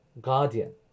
guardian